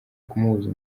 kumubuza